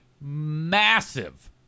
massive